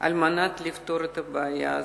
על מנת לפתור את הבעיה הזאת.